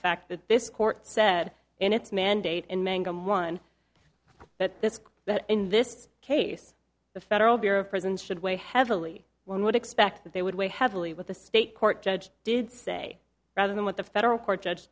fact that this court said in its mandate in mangum one that this that in this case the federal bureau of prisons should weigh heavily one would expect that they would weigh heavily with the state court judge did say rather than what the federal court judge